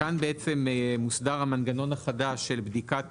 כאן בעצם מוסדר המנגנון החדש של בדיקת